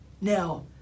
Now